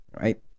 Right